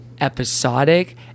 episodic